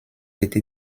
été